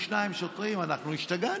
52 שוטרים, אנחנו השתגענו.